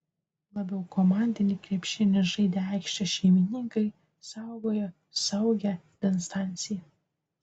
labiau komandinį krepšinį žaidę aikštės šeimininkai saugojo saugią distanciją